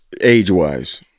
age-wise